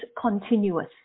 continuous